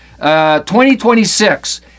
2026